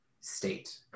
state